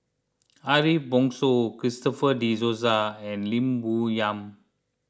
Ariff Bongso Christopher De Souza and Lim Bo Yam